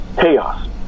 chaos